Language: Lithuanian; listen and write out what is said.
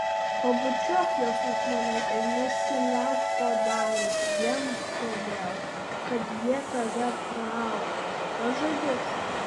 pabučiuok juos už mane ir nesiliauk to daręs vien todėl kad jie tave praaugo pažadi